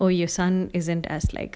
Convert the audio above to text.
oh your son isn't as like